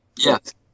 yes